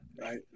Right